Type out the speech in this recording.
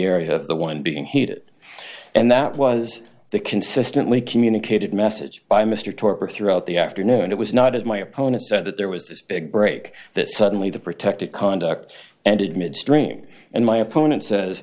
area of the one being heated and that was the consistently communicated message by mr torpor throughout the afternoon it was not as my opponent said that there was this big break that suddenly the protected conduct ended midstream and my opponent says